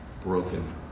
broken